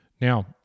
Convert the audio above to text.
Now